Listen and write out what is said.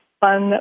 fun